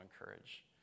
encourage